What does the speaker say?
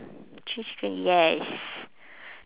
three chicken yes